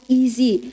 easy